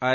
I